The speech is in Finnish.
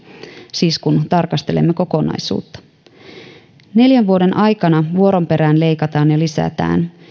siis kun tarkastelemme kokonaisuutta kun neljän vuoden aikana vuoron perään leikataan ja lisätään